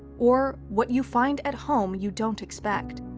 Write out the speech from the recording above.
or what you find at home you don't expect.